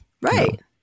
right